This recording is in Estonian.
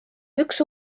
üks